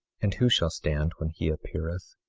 and who shall stand when he appeareth?